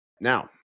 Now